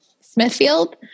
Smithfield